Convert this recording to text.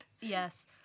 yes